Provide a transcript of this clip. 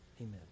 amen